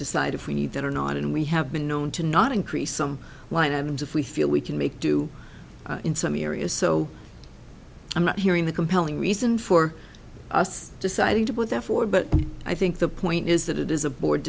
decide if we need that or not and we have been known to not increase some line items if we feel we can make do in some areas so i'm not hearing the compelling reason for us deciding to what they're for but i think the point is that it is a board